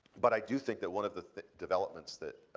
but i do think that one of the developments that